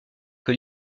que